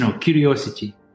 curiosity